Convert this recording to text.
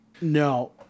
No